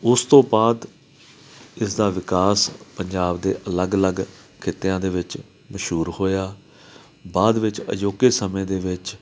ਉਸ ਤੋਂ ਬਾਅਦ ਇਸ ਦਾ ਵਿਕਾਸ ਪੰਜਾਬ ਦੇ ਅਲੱਗ ਅਲੱਗ ਖਿੱਤਿਆਂ ਦੇ ਵਿੱਚ ਮਸ਼ਹੂਰ ਹੋਇਆ ਬਾਅਦ ਵਿੱਚ ਅਜੋਕੇ ਸਮੇਂ ਦੇ ਵਿੱਚ